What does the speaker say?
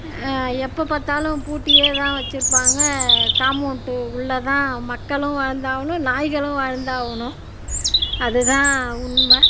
எப்போ பார்த்தாலும் பூட்டியே தான் வச்சுருப்பாங்க காம்போவுண்ட்டு உள்ள தான் மக்களும் வாழ்ந்தாகணும் நாய்களும் வாழ்ந்தாகணும் அது தான் உண்மை